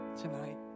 tonight